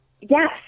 yes